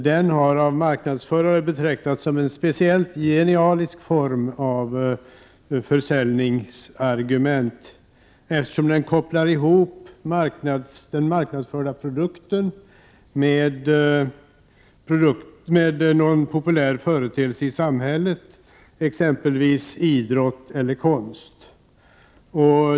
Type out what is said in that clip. Den har av marknadsförare betraktats som en speciellt genialisk form av försäljningsargument, eftersom den kopplar ihop den marknadsförda produkten med någon populär företeelse i samhället, exempelvis idrott eller konst.